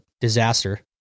disaster